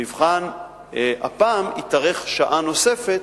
המבחן הפעם התארך בשעה נוספת,